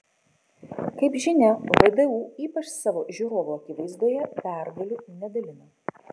kaip žinia vdu ypač savo žiūrovų akivaizdoje pergalių nedalina